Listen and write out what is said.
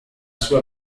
sua